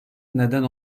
neden